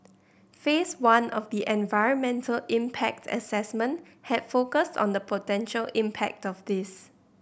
Phase One of the environmental impact assessment had focused on the potential impact of this